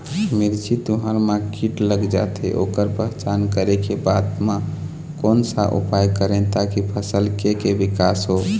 मिर्ची, तुंहर मा कीट लग जाथे ओकर पहचान करें के बाद मा कोन सा उपाय करें ताकि फसल के के विकास हो?